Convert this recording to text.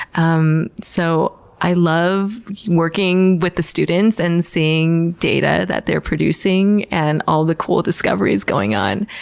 um so i love working with the students and seeing data that they're producing and all the cool discoveries going on.